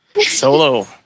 Solo